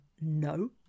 no